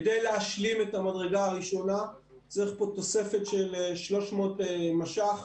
כדי להשלים את המדרגה הראשונה צריך פה תוספת של 300 מש"ח,